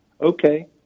Okay